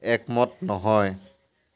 একমত নহয়